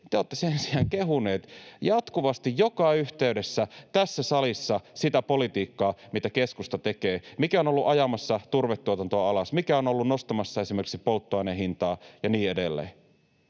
te olette kehunut jatkuvasti, joka yhteydessä tässä salissa sitä politiikkaa, mitä keskusta tekee, mikä on ollut ajamassa turvetuotantoa alas, mikä on ollut nostamassa esimerkiksi polttoaineen hintaa ja niin edelleen.